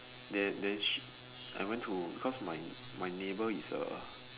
then then sh I went to cause my my neighbor is a